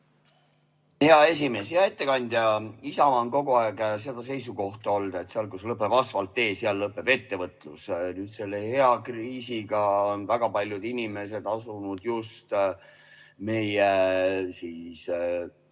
Hea esimees ja ettekandja! Isamaal on kogu aeg see seisukoht olnud, et seal, kus lõpeb asfalttee, lõpeb ettevõtlus. Selle hea kriisi ajal on väga paljud inimesed asunud just meie